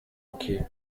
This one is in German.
okay